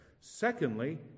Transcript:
Secondly